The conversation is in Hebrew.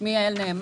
שמי יעל נאמן,